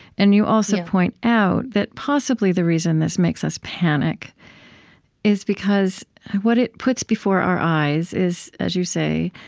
and you also point out that possibly the reason this makes us panic is because what it puts before our eyes is, as you say,